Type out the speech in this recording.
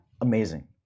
amazing